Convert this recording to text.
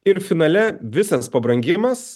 ir finale visas pabrangimas